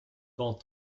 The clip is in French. vont